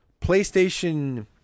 PlayStation